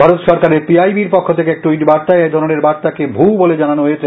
ভারত সরকারের P I B র পক্ষ থেকে এক টুইট বার্তায় এধরনের বার্তাকে ভুয়ো বলে জানানো হয়েছে